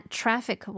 traffic